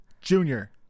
Junior